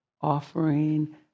offering